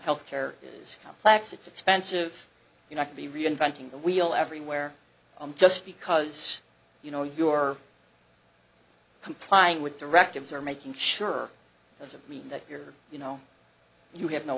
health care is complex it's expensive you know to be reinventing the wheel everywhere just because you know you're complying with directives or making sure doesn't mean that you're you know you have no